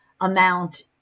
amount